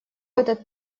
этот